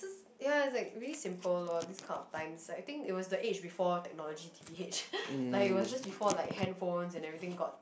ya it's like really simple loh this kind of times like I think it was the age before technology t_b_h like is was just before like handphones and everything got